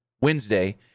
Wednesday